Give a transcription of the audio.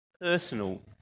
personal